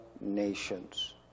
nations